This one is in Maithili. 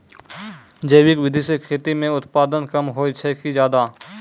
जैविक विधि से खेती म उत्पादन कम होय छै कि ज्यादा?